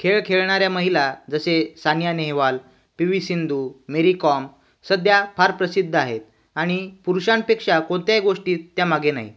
खेळ खेळणाऱ्या महिला जसे Sania Nehwal P V Sindhu Mary Kom सध्या फार प्रसिद्ध आहेत आणि पुरुषांपेक्षा कोणत्याही गोष्टीत त्या मागे नाहीत